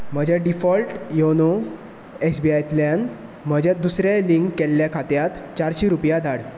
म्हज्या default YONO S B आयंतल्यान म्हज्या दुसऱ्या लिंक केल्ल्या खात्यांत चारशीं रुपया धाड